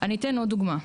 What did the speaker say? אני אתן עוד דוגמה,